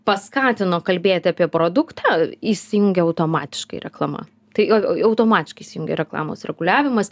paskatino kalbėti apie produktą įsijungia automatiškai reklama tai automatiškai įsijungia reklamos reguliavimas